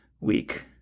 week